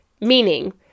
meaning